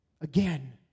again